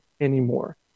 anymore